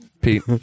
Pete